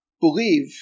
believe